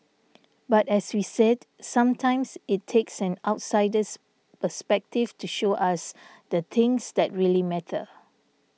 but as we said sometimes it takes an outsider's perspective to show us the things that really matter